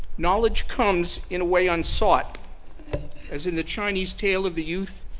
knowledge comes in a way unsought as in the chinese tale of the youth,